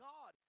God